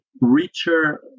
richer